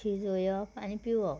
शिजोयप आनी पिवप